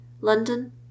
london